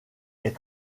est